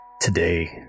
today